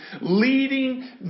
leading